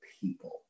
people